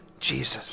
Jesus